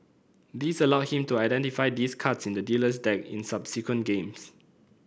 this allowed him to identify these cards in the dealer's deck in subsequent games